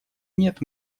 нет